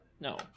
No